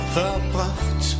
verbracht